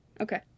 Okay